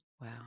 Wow